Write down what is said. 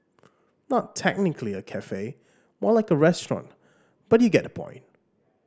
not technically a cafe more like a restaurant but you get the point